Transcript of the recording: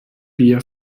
bier